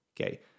Okay